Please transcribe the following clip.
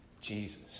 Jesus